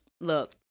look